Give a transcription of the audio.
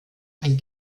ein